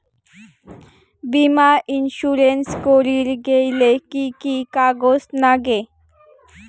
বীমা ইন্সুরেন্স করির গেইলে কি কি কাগজ নাগে?